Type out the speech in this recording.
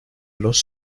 los